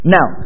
Now